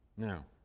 now,